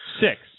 Six